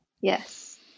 Yes